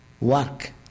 work